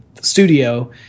studio